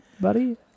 buddy